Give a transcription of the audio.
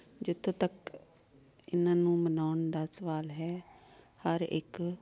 ਜਿੱਥੋਂ ਤੱਕ ਇਹਨਾਂ ਨੂੰ ਮਨਾਉਣ ਦਾ ਸਵਾਲ ਹੈ ਹਰ ਇੱਕ